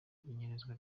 inyerezwa